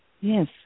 Yes